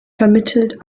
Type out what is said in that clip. vermittelt